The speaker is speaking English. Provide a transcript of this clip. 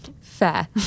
Fair